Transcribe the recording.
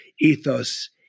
ethos